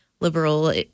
Liberal